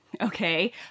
okay